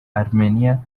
armenia